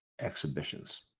exhibitions